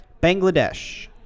Bangladesh